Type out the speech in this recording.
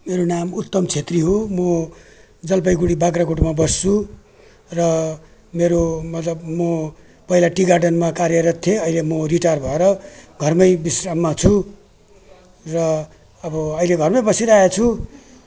मेरो नाम उत्तम छेत्री हो म जलपाइगुडी बाख्रागोटमा बस्छु र मेरो मतलब म पहिला टी गार्डनमा कार्यरत थिएँ अहिले म रिटायर भएर घरमै विश्राममा छु र अब अहिले घरमै बसिरहेको छु